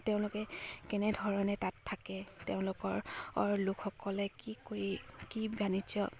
তেওঁলোকে কেনেধৰণে তাত থাকে তেওঁলোকৰ লোকসকলে কি কৰি কি বাণিজ্য